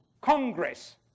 Congress